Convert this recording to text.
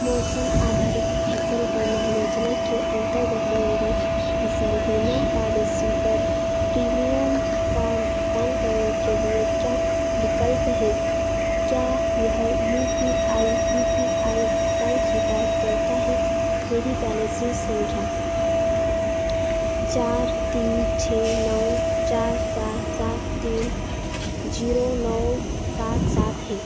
मौसम आधारित फ़सल बीमा योजना के अन्तर्गत मेरी फ़सल बीमा पॉलिसी पर प्रीमियम का भुगतान करने के लिए क्या विकल्प हैं क्या यह U P I U P I भुगतान स्वीकार करता है मेरी पॉलिसी सँख्या चार तीन छह नौ चार चार सात तीन ज़ीरो नौ सात सात है